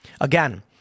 Again